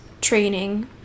training